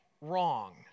wrong